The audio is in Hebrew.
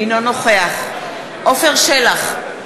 אינו נוכח עפר שלח,